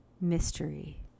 mystery